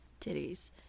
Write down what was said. titties